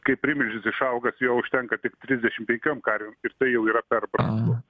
kai primilžis išaugas jo užtenka tik trisdešimt penkiom karvėm ir tai jau yra per brangu